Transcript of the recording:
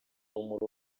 umurongo